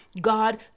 God